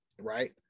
right